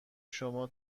شما